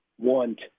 want